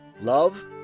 love